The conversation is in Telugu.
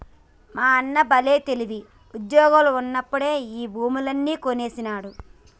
మా అన్న బల్లే తెలివి, ఉజ్జోగంలో ఉండినప్పుడే ఈ భూములన్నీ కొనేసినాడు